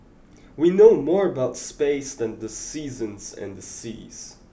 we know more about space than the seasons and the seas